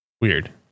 weird